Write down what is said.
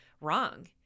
wrong